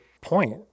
point